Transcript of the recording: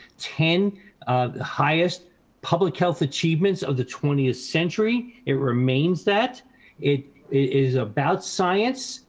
ten highest public health achievements of the twentieth century. it remains that it is about science.